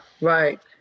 Right